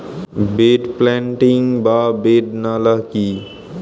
Bed planting বা bed নালা কি?